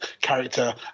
character